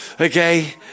Okay